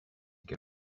get